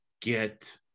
get